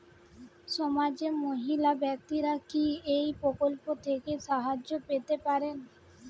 সমাজের মহিলা ব্যাক্তিরা কি এই প্রকল্প থেকে সাহায্য পেতে পারেন?